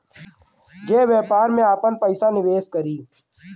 जे व्यापार में आपन पइसा निवेस करी